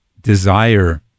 desire